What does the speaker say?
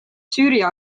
süüria